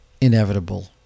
inevitable